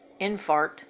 infarct